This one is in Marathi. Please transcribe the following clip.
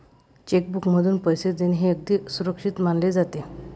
चेक बुकमधून पैसे देणे हे अगदी सुरक्षित मानले जाते